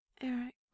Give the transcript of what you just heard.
Eric